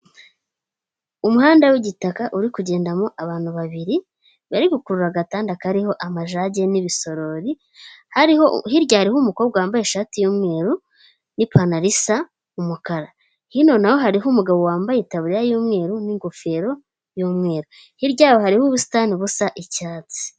Umuhanda w'igitaka uri kugendamo abantu babiri, bari gukurura agatanda kariho amajage n'ibisorori, hariho hirya hariho umukobwa wambaye ishati y'umweru, n'ipantaro isa umukara. Hino na ho hariho umugabo wambaye itaburiya y'umweru n'ingofero yumweru. Hirya yaho hariho ubusitani busa icyatsi.